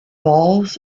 balls